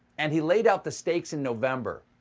and he laid out the stakes in november.